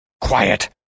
Quiet